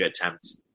attempt